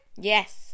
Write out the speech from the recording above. Yes